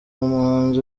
umuhanzi